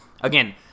Again